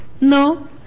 No